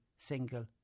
single